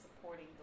supporting